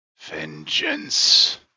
Vengeance